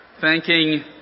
Thanking